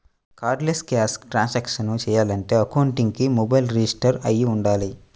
cardless cash transactions చెయ్యాలంటే అకౌంట్కి mobile register అయ్యి వుండాలి